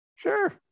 Sure